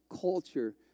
culture